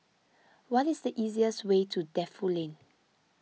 what is the easiest way to Defu Lane